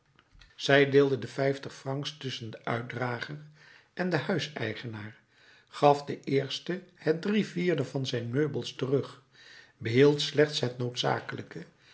zij deelde de vijftig francs tusschen den uitdrager en den huiseigenaar gaf den eerste het drie vierde van zijn meubels terug behield slechts het noodzakelijke